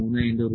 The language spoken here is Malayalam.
L 4